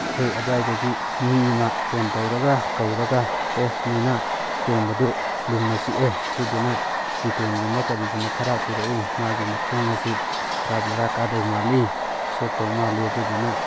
ꯑꯩꯈꯣꯏ ꯑꯗꯨꯋꯥꯏꯗꯒꯤ ꯃꯤ ꯑꯃ ꯐꯣꯟ ꯇꯧꯔꯒ ꯀꯧꯔꯒ ꯑꯦ ꯁꯨꯃꯥꯏꯅ ꯇꯣꯝꯕꯗꯨ ꯂꯤꯟꯅ ꯆꯤꯛꯑꯦ ꯑꯗꯨꯗꯨꯅ ꯗꯦꯇꯣꯜꯒꯨꯝꯕ ꯀꯔꯤꯒꯨꯝꯕ ꯈꯔ ꯄꯨꯔꯛꯎ ꯃꯥꯒꯤ ꯃꯈꯣꯡ ꯑꯁꯤ ꯈꯔ ꯕꯦꯔꯥ ꯀꯥꯗꯧ ꯃꯥꯜꯂꯤ ꯁꯣꯛꯇꯧ ꯃꯥꯜꯂꯤ ꯑꯗꯨꯗꯨꯅ